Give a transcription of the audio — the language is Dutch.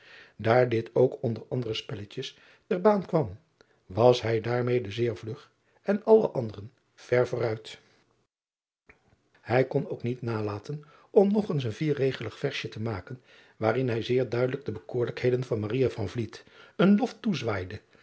daar dit ook onder andere spelletjes ter baan kwam was hij daarmede zeer vlug en alle anderen ver voor uit ij kon ook niet nalaten om nog eens een vierregelig versje te maken waarin hij zeer duidelijk de bekoorlijkheden van een lof toezwaaide